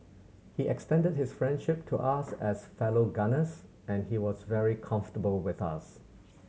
he extended his friendship to us as fellow gunners and he was very comfortable with us